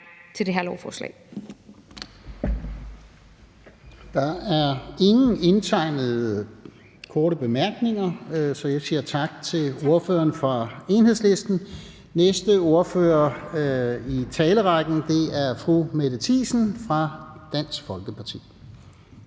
til det her lovforslag.